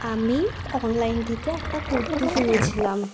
আমি অনলাইন থেকে একটা কুর্তি কিনেছিলাম